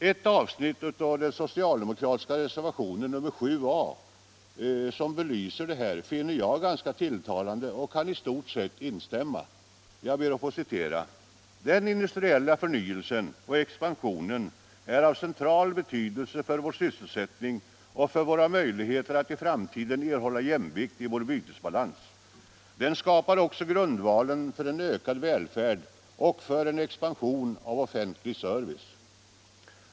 Ett avsnitt av den socialdemokratiska reservationen nr 7 A som belyser detta finner jag ganska tilltalande, och jag kan i stort sett instämma i följande: ”Den industriella förnyelsen och expansionen är av central betydelse för vår sysselsättning och för våra möjligheter att i framtiden erhålla jämvikt i vår bytesbalans. Den skapar också grundvalen för en ökad välfärd och för en expansion av offentlig service.